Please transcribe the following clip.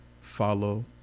follow